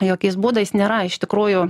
jokiais būdais nėra iš tikrųjų